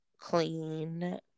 clean